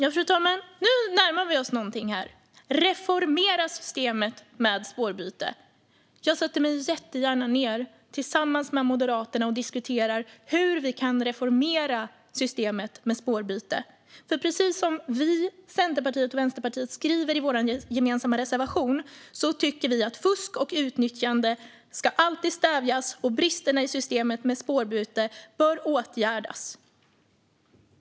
Fru talman! Nu närmar vi oss någonting här! Magnus Resare talar om att reformera systemet med spårbyte. Jag sätter mig jättegärna ned med Moderaterna och diskuterar hur vi kan reformera systemet med spårbyte. Precis som vi, Centerpartiet och Vänsterpartiet skriver i vår gemensamma reservation tycker vi att fusk och utnyttjande alltid ska stävjas och att bristerna i systemet med spårbyte bör åtgärdas.